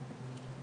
כלום.